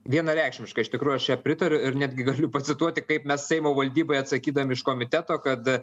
vienareikšmiškai iš tikrųjų aš jam pritariu ir netgi galiu pacituoti kaip mes seimo valdybai atsakydami iš komiteto kad